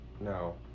No